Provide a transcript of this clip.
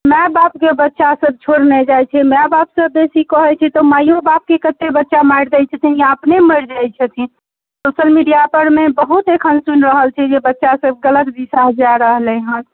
माए बापके बच्चासब छोड़ने जाइत छै माए बापसँ बेसी कहैत छै तऽ मायो बापके कतेक बच्चा मारि दै छथिन या अपने मरि जाइत छथिन सोशल मिडिआ परमे बहुत एखन सुनी रहल छी जे बच्चासब गलत दिशा जा रहलै हँ